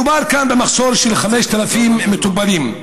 מדובר כאן במחסור של 5,000 מטפלים.